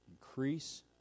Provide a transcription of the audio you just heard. Increase